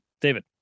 David